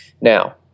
Now